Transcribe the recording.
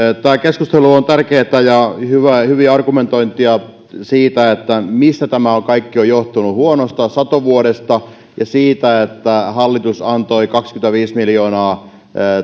tämä keskustelu on tärkeää ja on hyvää argumentointia siitä mistä tämä kaikki on johtunut huonosta satovuodesta ja siitä että hallitus antoi kaksikymmentäviisi miljoonaa